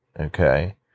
okay